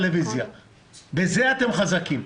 בזה אתם חזקים.